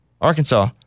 Arkansas